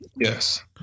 Yes